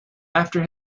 after